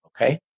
okay